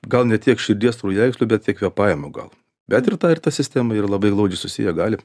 gal ne tiek širdies kraujagyslių bet tiek kvėpavimo gal bet ir ta ir ta sistema yra labai glaudžiai susiję gali